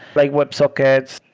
like web sockets,